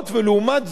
לעומת זאת,